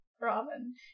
Robin